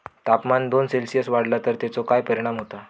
तापमान दोन सेल्सिअस वाढला तर तेचो काय परिणाम होता?